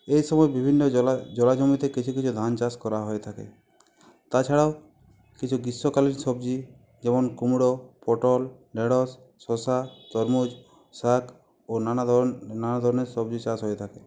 এই সময় বিভিন্ন জেলায় জলাজমিতে কিছু কিছু ধানচাষ করা হয়ে থাকে তাছাড়াও কিছু গ্রীষ্মকালীন সবজি যেমন কুমড়ো পটল ঢ্যাঁড়শ শসা তরমুজ শাক ও নানা ধরনে নানা ধরনের সবজি চাষ হয়ে থাকে